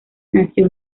nació